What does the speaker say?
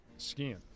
Skiing